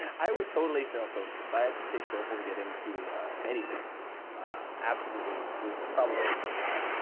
i would totally fail toefl if i had to take toefl to get into anything. i absolutely would would probably flunk out.